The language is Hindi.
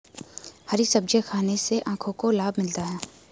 हरी सब्जियाँ खाने से आँखों को लाभ मिलता है